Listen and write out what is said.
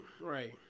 right